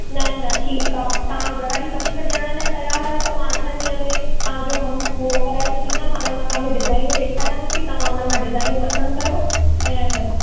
न न ठीकु आहे तव्हां घड़ाई वधीक ॾियणु लाइ तियारु आहियो त मां अठनि ॾींहनि में तव्हांजो कमु पूरो कराए छॾींदमि हाणे मां तव्हांखे डिज़ाइनूं ॾेखारियांव थी तव्हां हुनमां डिज़ाइनूं पसंदि कयो ऐं